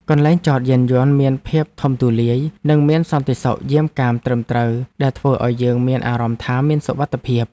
កន្លែងចតយានយន្តមានភាពធំទូលាយនិងមានសន្តិសុខយាមកាមត្រឹមត្រូវដែលធ្វើឱ្យយើងមានអារម្មណ៍ថាមានសុវត្ថិភាព។